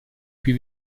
più